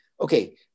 Okay